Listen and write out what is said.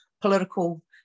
political